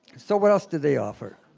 so what else do they offer?